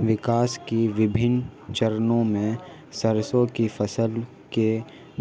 विकास के विभिन्न चरणों में सरसों की फसल की